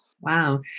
Wow